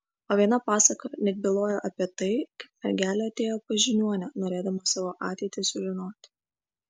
o viena pasaka net byloja apie tai kaip mergelė atėjo pas žiniuonę norėdama savo ateitį sužinoti